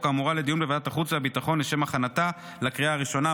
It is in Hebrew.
האמורה לדיון בוועדת החוץ והביטחון לשם הכנתה לקריאה הראשונה.